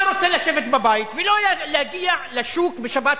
אתה רוצה לשבת בבית ולא להגיע לשוק בטירה בשבת.